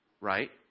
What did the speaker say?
right